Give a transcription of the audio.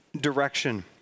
direction